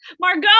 Margot